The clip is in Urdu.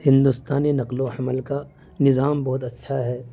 ہندوستانی نقل و حمل کا نظام بہت اچّھا ہے